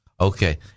Okay